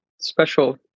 special